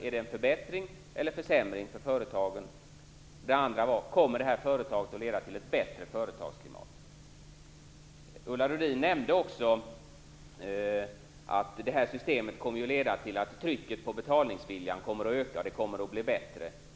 Är det en förbättring eller en försämring för företagen? Den andra var: Kommer det här förslaget att leda till ett bättre företagsklimat? Ulla Rudin nämnde också att det här systemet kommer att leda till att trycket på betalningsviljan kommer att öka. Det kommer att bli bättre.